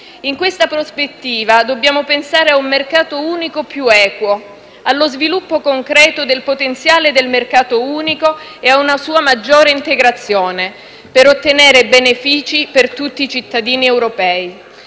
In questa prospettiva dobbiamo pensare a un mercato unico più equo, allo sviluppo concreto del potenziale del mercato unico e a una sua maggiore integrazione per ottenere benefici per tutti i cittadini europei.